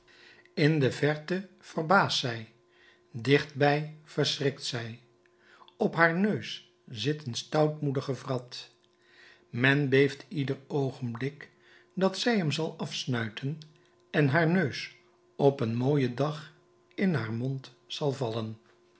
in de verte verbaast zij dichtbij verschrikt zij op haar neus zit een stoutmoedige wrat men beeft ieder oogenblik dat zij hem zal afsnuiten en haar neus op een mooien dag in haar mond zal vallen